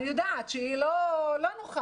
אני יודעת שהיא לא נוחה